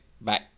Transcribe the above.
bye